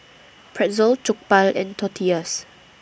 Pretzel Jokbal and Tortillas